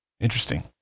Interesting